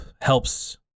helps